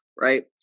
right